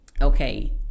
okay